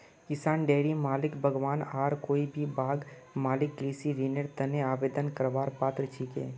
किसान, डेयरी मालिक, बागवान आर कोई भी बाग मालिक कृषि ऋनेर तने आवेदन करवार पात्र छिके